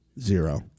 zero